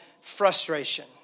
frustration